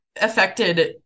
affected